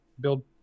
build